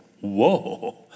whoa